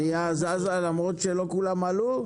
האונייה זזה למרות שלא כולם עלו?